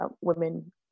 women